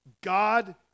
God